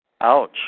ouch